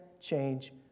change